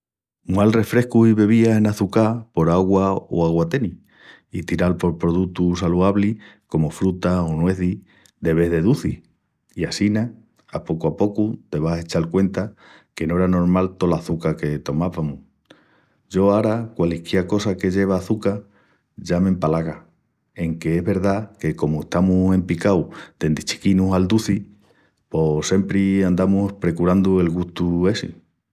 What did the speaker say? Mual refrescus i bebías enaçucás por augua o aguatenis, i tiral por produtus saluablis comu frutas o nuezis de vés de ducis. I assina a pocu a pocu te vas a echal cuenta que no era normal tola açuca que tomavamus. Yo ara qualisquiá cosa que lleva açuca ya m'empalaga enque es verdá que comu estamus empicaus dendi chiquinus al duci pos siempri andamus precurandu el gustu essi.